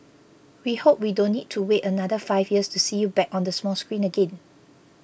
we hope we don't need to wait another five years to see you back on the small screen again